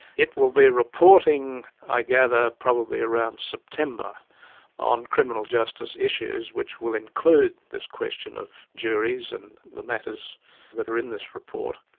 it will be reporting, i gather, probably around september on criminal justice issues which will include this question of juries and the matters that are in this report.